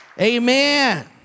Amen